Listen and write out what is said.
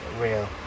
real